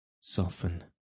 soften